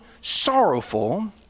sorrowful